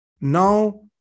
now